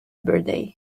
birthday